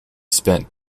spent